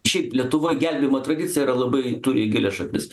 šiaip lietuvoj gelbėjimo tradicija yra labai turi gilias šaknis